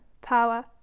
power